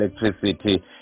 electricity